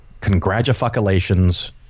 congratulations